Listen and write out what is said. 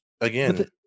again